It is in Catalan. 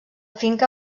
finca